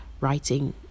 writing